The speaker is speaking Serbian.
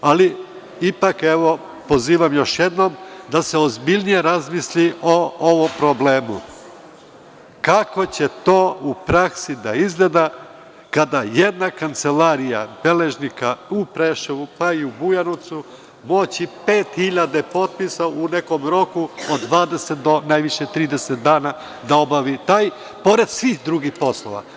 Ali, ipak pozivam, evo još jednom da se ozbiljnije razmisli o ovom problemu, kako će to u praksi da izgleda kada jedna kancelarija beležnika u Preševu, pa i u Bujanovcu moći pet hiljada potpisa u nekom roku od dvadeset do najviše trideset dana, da obavi taj, pored svih drugih poslova.